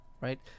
right